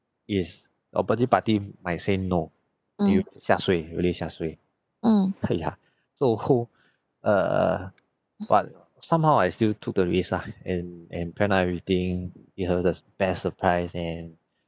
is opposite party might say no and you sia suay really sia suay uh ya so so err but somehow I still took the risk lah and and plan everything gives her the best surprise and